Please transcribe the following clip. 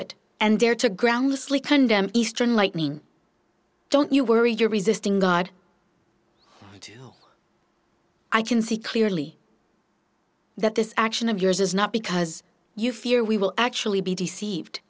it and dare to groundlessly condemn eastern lightning don't you worry your resisting god too i can see clearly that this action of yours is not because you fear we will actually be deceived